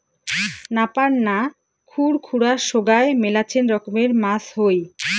নাপার না, খুর খুরা সোগায় মেলাছেন রকমের মাছ হই